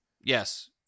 Yes